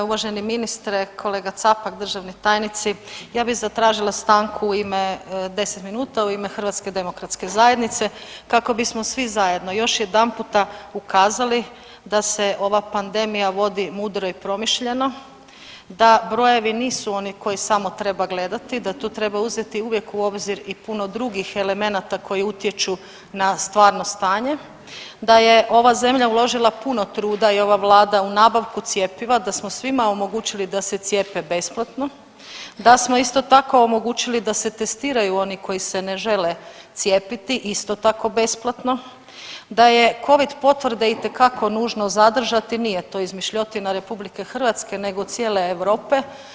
Uvaženi ministre, kolega Capak, državni tajnici ja bi zatražila stanku u ime, 10 minuta, u ime HDZ-a kako bismo svi zajedno još jedanputa ukazali da se ova pandemija vodi mudro i promišljeno, da brojevi nisu oni koje samo treba gledati, da tu treba uzeti uvijek u obzir i puno drugih elemenata koji utječu na stvarno stanje, da je ova zemlja uložila puno truda i ova vlada u nabavku cjepiva, da smo svima omogućili da se cijepe besplatno, da smo isto tako omogućili da se testiraju oni koji se ne žele cijepiti isto tako besplatno, da je Covid potvrde itekako nužno zadržati, nije to izmišljotina RH nego cijele Europe.